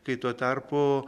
kai tuo tarpu